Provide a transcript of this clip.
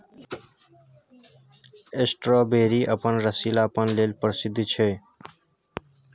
strawberry अपन रसीलापन लेल प्रसिद्ध छै